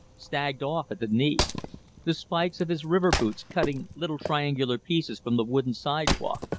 stagged off at the knee the spikes of his river boots cutting little triangular pieces from the wooden sidewalk.